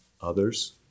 others